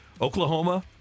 Oklahoma